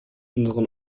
unseren